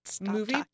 movie